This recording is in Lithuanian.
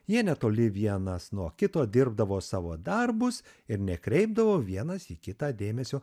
jie netoli vienas nuo kito dirbdavo savo darbus ir nekreipdavo vienas į kitą dėmesio